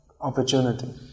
opportunity